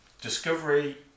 Discovery